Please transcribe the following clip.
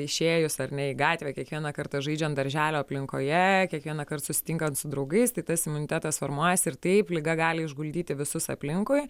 išėjus ar ne į gatvę kiekvieną kartą žaidžiant darželio aplinkoje kiekvienąkart susitinkant su draugais tai tas imunitetas formuojasi ir taip liga gali išguldyti visus aplinkui